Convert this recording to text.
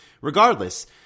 Regardless